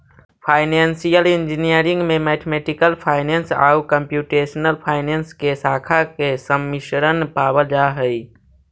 financial engineering में mathematical finance आउ computational finance के शाखा के सम्मिश्रण पावल जा हई